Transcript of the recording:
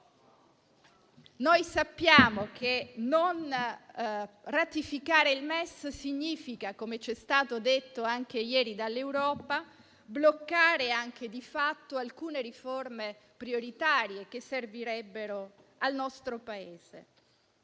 no? Sappiamo che non ratificare il MES - come ci è stato detto anche ieri dall'Europa - significa bloccare di fatto alcune riforme prioritarie che servirebbero al nostro Paese.